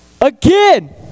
Again